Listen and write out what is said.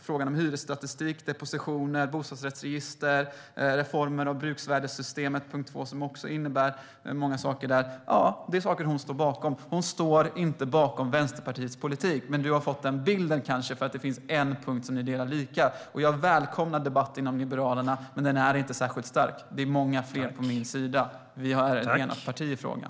Frågan om hyresstatistik, depositioner, bostadsrättsregister, reformer av bruksvärdessystemet.2 som också innebär många saker är sådant som hon står bakom. Hon står inte bakom Vänsterpartiets politik. Men du har kanske fått den bilden, eftersom det finns en punkt som ni delar lika. Jag välkomnar debatt inom Liberalerna. Men den är inte särskilt stark. Det är många fler på min sida. Vi har ett enat parti i frågan.